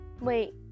Wait